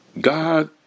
God